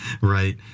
Right